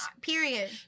period